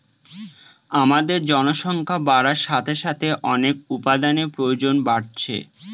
আমাদের জনসংখ্যা বাড়ার সাথে সাথে অনেক উপাদানের প্রয়োজন বাড়ছে